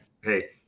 hey